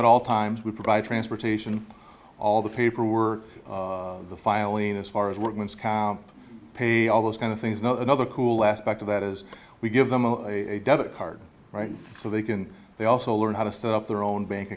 at all times we provide transportation all the paperwork the filing as far as workman's comp pay all those kind of things not another cool aspect of that is we give them a debit card so they can they also learn how to set up their own bank